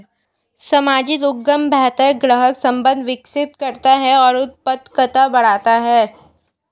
सामाजिक उद्यम बेहतर ग्राहक संबंध विकसित करता है और उत्पादकता बढ़ाता है